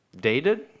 Dated